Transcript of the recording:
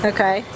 Okay